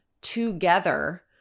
together